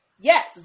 yes